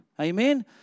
Amen